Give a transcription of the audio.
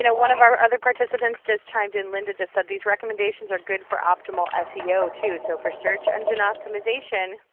you know one of our other participants just chimed in, linda just said, these recommendations are good for optimal seo, too. so for search engine optimization,